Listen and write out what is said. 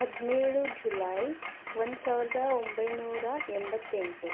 ಹದಿನೇಳು ಜುಲೈ ಒಂದು ಸಾವಿರದ ಒಂಬೈನೂರ ಎಂಬತ್ತೆಂಟು